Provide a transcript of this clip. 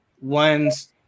ones